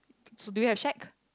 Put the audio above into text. so do you have shack